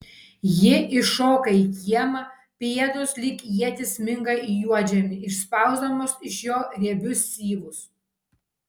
ji iššoka į kiemą pėdos lyg ietys sminga į juodžemį išspausdamos iš jo riebius syvus